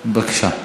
בבקשה.